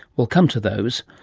we'll come to those.